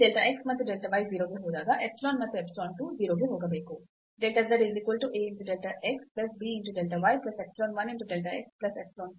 ಮತ್ತು ಇಲ್ಲಿ delta x ಮತ್ತು delta y 0 ಗೆ ಹೋದಾಗ epsilon ಮತ್ತು epsilon 2 0 ಗೆ ಹೋಗಬೇಕು